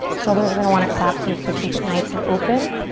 shoulders are gonna want to collapse here so keep it nice and open.